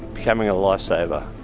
becoming a lifesaver.